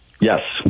yes